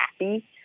happy